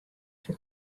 for